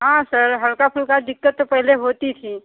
हाँ सर हल्का फुल्का दिक्कत तो पहले होती थी